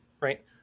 right